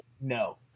no